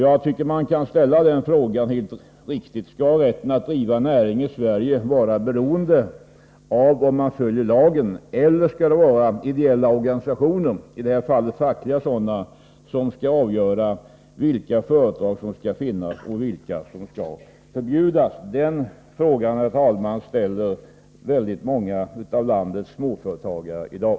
Jag tycker att man kan ställa följande fråga: Skall rätten att driva näring i Sverige vara beroende av om man följer lagen eller skall det vara ideella organisationer — i det här fallet fackliga sådana — som skall avgöra vilka företag som skall finnas och vilka som skall förbjudas? Den frågan ställer många av landets småföretagare i dag.